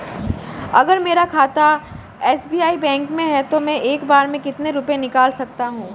अगर मेरा खाता एस.बी.आई बैंक में है तो मैं एक बार में कितने रुपए निकाल सकता हूँ?